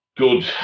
good